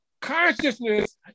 consciousness